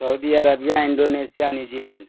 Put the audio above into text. Saudi Arabia Indonesia New Zealand